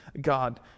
God